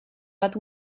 but